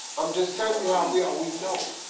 i'm just telling you how we are. we know.